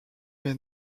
est